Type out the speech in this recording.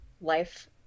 life